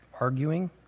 arguing